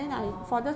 orh